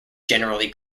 generally